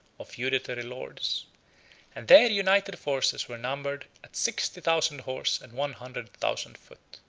or feudatory lords and their united forces were numbered at sixty thousand horse and one hundred thousand foot.